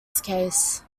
case